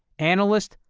analyst,